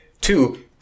two